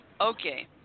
Okay